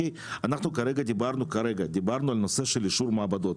אנחנו כרגע דיברנו על הנושא של אישור מעבדות.